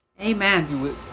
Amen